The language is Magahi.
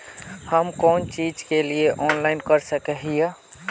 हम कोन चीज के लिए ऑनलाइन कर सके हिये?